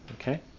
Okay